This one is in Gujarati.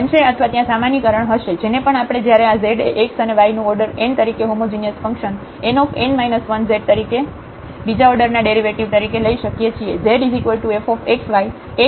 તેથી બનશે અથવા ત્યાં સામાન્યીકરણ હશે જેને પણ આપણે જયારે આ z એ x અને y નું ઓર્ડર n તરીકે હોમોજિનિયસ ફંક્શન nz તરીકે બીજા ઓર્ડર ના ડેરિવેટિવ તરીકે લઇ શકીએ છીએ